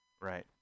right